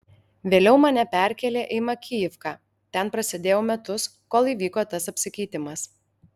vėliau mane perkėlė į makijivką ten prasėdėjau metus kol įvyko tas apsikeitimas